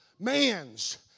man's